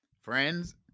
Friends